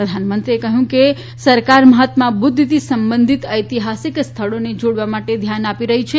પ્રધાનમંત્રીએ કહ્યું કે સરકાર મહાત્મા બુદ્ધથી સંબંધિત ઐતિહાસિક સ્થળોને જોડવા માટે ધ્યાન આપી રહી છે